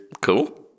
Cool